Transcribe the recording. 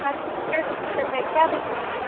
आजकल टेस्ट ही कर रहे हैं क्या दिक्कत है